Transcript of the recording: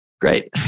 great